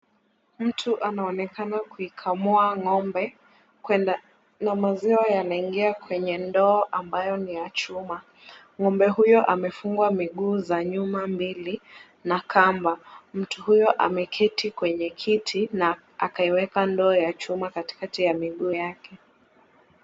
Mtu anaonekana kuikamua ng'ombe na maziwa yanaingia kwenye ndoo ambayo ni ya chuma. Ng'ombe huyo amefungwa miguu za nyuma mbili na kamba. Mtu huyo ameketi kwenye kiti na akaiweka ndoo ya chuma katikati ya miguu yake.